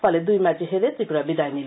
ফলে দুই ম্যাচে হেরে ত্রিপুরা বিদায় নিল